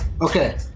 Okay